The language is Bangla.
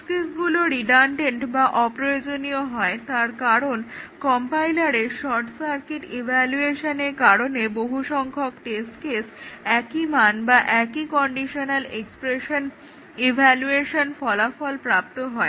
টেস্টগুলো রিডানন্ডেন্ট বা অপ্রয়োজনীয় হয় তার কারণ কম্পাইলারের শর্ট সার্কিট ইভ্যালুয়েশনের কারণে বহুসংখ্যক টেস্ট কেস একই মান বা একই কন্ডিশনাল এক্সপ্রেশন ইভ্যালুয়েশন ফলাফল প্রাপ্ত হয়